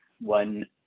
One